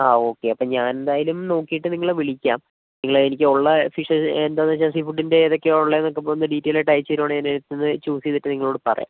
ആ ഓക്കെ അപ്പം ഞാനെന്തായാലും നോക്കിയിട്ട് നിങ്ങളെ വിളിക്കാം നിങ്ങള് എനിക്ക് ഉള്ള ഫിഷെസ് എന്താന്നു വെച്ചാൽ സീ ഫുഡിൻ്റെ ഏതൊക്കെയാണ് ഉള്ളതെന്നൊക്കെ ഒന്ന് ഡീറ്റൈൽഡ് ആയിട്ട് അയച്ചു തരുവാണേൽ ഞാന് ഒന്നു ചൂസ് ചെയ്തിട്ട് നിങ്ങളോട് പറയാം